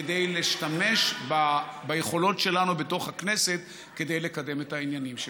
להשתמש ביכולות שלנו בתוך הכנסת כדי לקדם את העניינים שלהם.